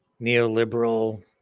Neoliberal